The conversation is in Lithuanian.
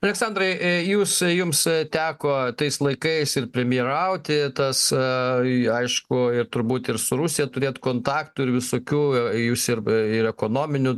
aleksandrai ė jus jums teko tais laikais ir premjerauti tas į aišku ir turbūt ir su rusija turėt kontaktų ir visokių jūs ir ir ekonominių